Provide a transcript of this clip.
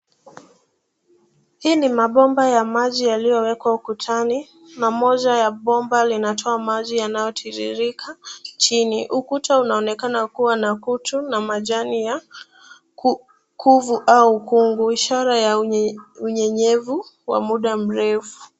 Hii ni mabomba ya maji yaliyowekwa ukutani na moja ya bomba linatoa maji yanayotiririka chini. Ukuta unaonekana kuwa na kutu na majani ya kuvu au ukungu, ishara ya unyenyevu wa muda mrefu.